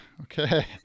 Okay